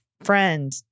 friend